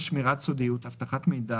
שמירת סודיות ואבטחת מידע 11. לשם שמירת סודיות,